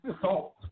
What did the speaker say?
Salt